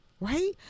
right